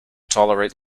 tolerate